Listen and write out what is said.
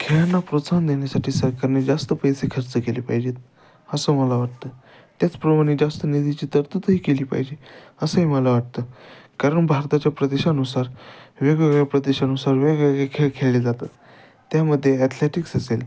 खेळांना प्रोत्साहन देण्यासाठी सरकारने जास्त पैसे खर्च केले पाहिजेत असं मला वाटतं त्याचप्रमाणे जास्त निधीची तरतूदही केली पाहिजे असंही मला वाटतं कारण भारताच्या प्रदेशानुसार वेगवेगळ्या प्रदेशानुसार वेगवेगळे खेळ खेळले जातात त्यामध्ये ॲथलेटिक्स असेल